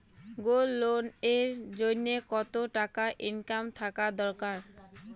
Gold loan এর জইন্যে কতো টাকা ইনকাম থাকা দরকার?